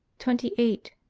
twenty eight.